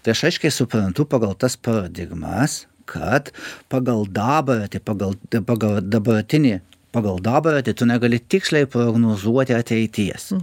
tai aš aiškiai suprantu pagal tas paradigmas kad pagal dabartį pagal pagal dabartinį pagal dabartį tu negali tiksliai prognozuoti ateities